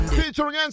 featuring